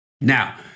Now